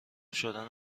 شدن